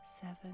seven